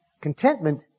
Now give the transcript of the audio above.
Contentment